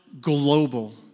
global